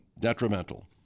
detrimental